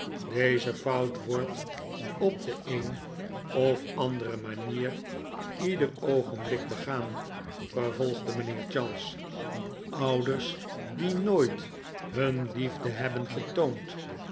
deze fout wordt op de een of andere manier ieder oogenblik begaan vervolgde mijnheer charles ouders die nooit hun liefde hebben getoond